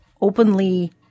openly